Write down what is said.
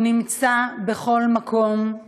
נמצאת בכל מקום,